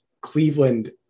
Cleveland